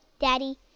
Daddy